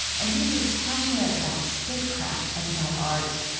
and he's as passionate about statecraft as about art,